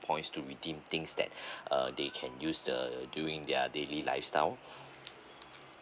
points to redeem things that uh they can use the during their daily lifestyle